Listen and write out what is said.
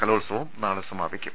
കലോത്സവം നാളെ സമാപിക്കും